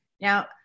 Now